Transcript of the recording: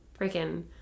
freaking